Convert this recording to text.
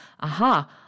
aha